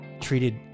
treated